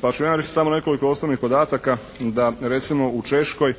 Pa ću ja reći samo nekoliko osnovnih podataka da recimo u Češkoj